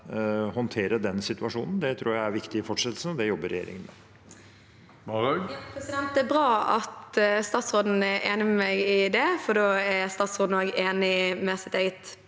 Det er bra at statsråd- en er enig med meg i det, for da er statsråden også enig med sitt eget